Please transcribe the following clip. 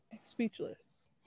speechless